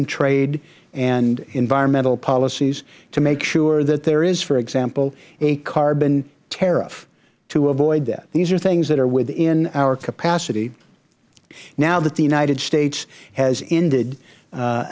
trade and environmental policies to make sure that there is for example a carbon tariff to avoid that these are things that are within our capacity now that the united states has ended